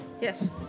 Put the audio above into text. Yes